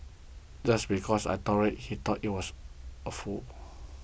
just because I tolerated he thought I was a fool